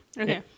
okay